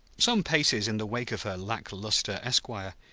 some paces in the wake of her lack-luster esquire,